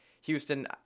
Houston